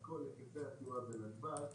את כל נתיבי התנועה בנתב"ג,